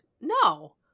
no